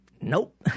Nope